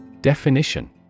Definition